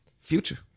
Future